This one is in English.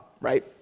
right